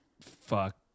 Fuck